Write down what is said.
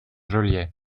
joliet